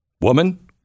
Woman